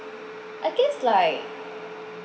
I guess like